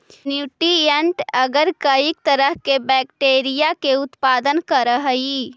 nutrient agar कईक तरह के बैक्टीरिया के उत्पादन करऽ हइ